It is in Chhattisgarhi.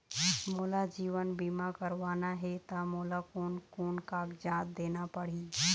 मोला जीवन बीमा करवाना हे ता मोला कोन कोन कागजात देना पड़ही?